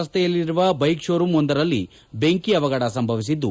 ರಸ್ತೆಯಲ್ಲಿರುವ bike showroom ಒಂದರಲ್ಲಿ ಈ ಬೆಂಕಿ ಅಪಘಡ ಸಂಭವಿಸಿದ್ದು